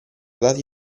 dati